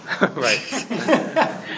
Right